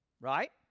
right